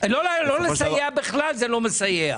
לא לסייע בכלל זה לא מה שמסייע.